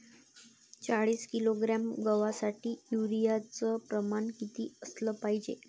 चाळीस किलोग्रॅम गवासाठी यूरिया च प्रमान किती असलं पायजे?